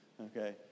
Okay